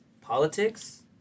Politics